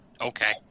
okay